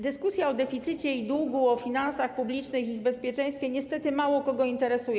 Dyskusja o deficycie i długu, o finansach publicznych i ich bezpieczeństwie niestety mało kogo interesuje.